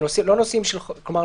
כלומר,